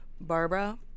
Barbara